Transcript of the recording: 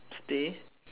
stay